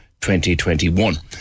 2021